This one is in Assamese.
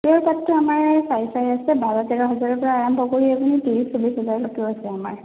পিয়ৰ পাটটো আমাৰ চাই চাই আছে বাৰ তেৰ হাজাৰৰ পৰা আৰম্ভ কৰি আপুনি ত্ৰিছ চল্লিছ হাজাৰলৈকেও আছে আমাৰ